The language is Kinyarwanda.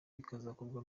bikazakorwa